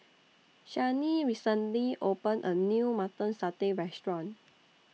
Shani recently opened A New Mutton Satay Restaurant